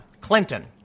Clinton